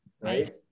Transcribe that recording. right